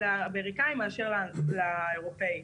לאמריקאים מאשר לאירופיים.